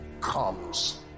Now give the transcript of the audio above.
comes